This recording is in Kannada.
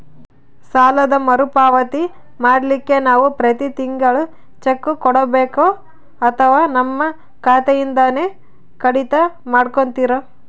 ಸಾಲದ ಮರುಪಾವತಿ ಮಾಡ್ಲಿಕ್ಕೆ ನಾವು ಪ್ರತಿ ತಿಂಗಳು ಚೆಕ್ಕು ಕೊಡಬೇಕೋ ಅಥವಾ ನಮ್ಮ ಖಾತೆಯಿಂದನೆ ಕಡಿತ ಮಾಡ್ಕೊತಿರೋ?